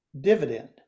dividend